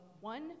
one